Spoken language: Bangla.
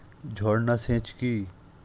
ঝর্না সেচ কি?